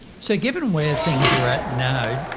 so given where things are at now,